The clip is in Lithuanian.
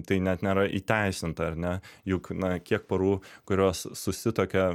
tai net nėra įteisinta ar ne juk na kiek porų kurios susituokia